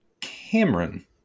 cameron